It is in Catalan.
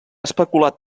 especulat